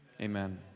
Amen